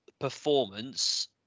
performance